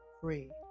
free